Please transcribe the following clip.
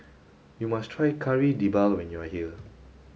you must try Kari Debal when you are here